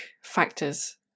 factors